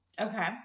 Okay